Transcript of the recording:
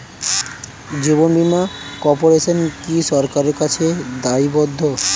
জীবন বীমা কর্পোরেশন কি সরকারের কাছে দায়বদ্ধ?